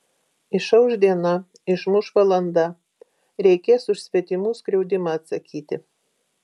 išauš diena išmuš valanda reikės už svetimų skriaudimą atsakyti